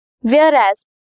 whereas